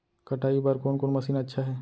कटाई बर कोन कोन मशीन अच्छा हे?